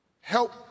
help